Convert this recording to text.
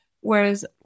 whereas